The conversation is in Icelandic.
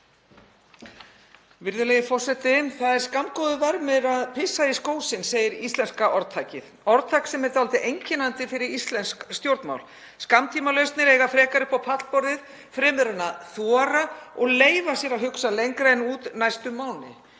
Virðulegi forseti. Það er skammgóður vermir að pissa í skó sinn, segir íslenska orðtakið, orðtak sem er dálítið einkennandi fyrir íslensk stjórnmál. Skammtímalausnir eiga frekar upp á pallborðið en að þora og leyfa sér að hugsa lengra en út næstu mánuði.